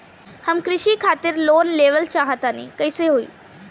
हम कृषि खातिर लोन लेवल चाहऽ तनि कइसे होई?